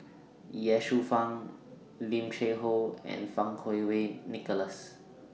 Ye Shufang Lim Cheng Hoe and Fang Kuo Wei Nicholas